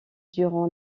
durant